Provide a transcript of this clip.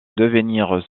devenir